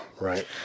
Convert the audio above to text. right